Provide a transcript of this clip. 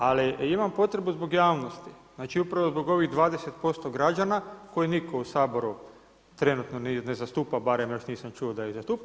Ali imam potrebu zbog javnosti, znači upravo zbog ovih 20% građane koje nitko u Saboru trenutno ne zastupa, barem još nisam čuo da je zastupao.